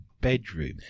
bedroom